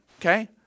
Okay